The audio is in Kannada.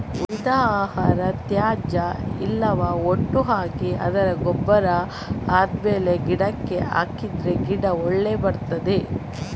ಉಳಿದ ಆಹಾರ, ತ್ಯಾಜ್ಯ ಎಲ್ಲವ ಒಟ್ಟು ಹಾಕಿ ಅದು ಗೊಬ್ಬರ ಆದ್ಮೇಲೆ ಗಿಡಕ್ಕೆ ಹಾಕಿದ್ರೆ ಗಿಡ ಒಳ್ಳೆ ಬರ್ತದೆ